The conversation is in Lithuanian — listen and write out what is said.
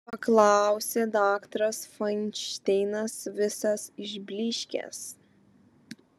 paklausė daktaras fainšteinas visas išblyškęs